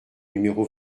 numéro